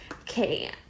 Okay